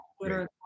Twitter